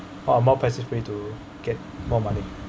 more passive way to get more money